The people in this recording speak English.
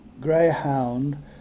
greyhound